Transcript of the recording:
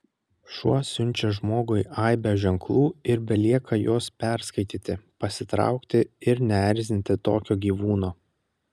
šuo siunčia žmogui aibę ženklų ir belieka juos perskaityti pasitraukti ir neerzinti tokio gyvūno